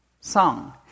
song